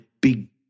big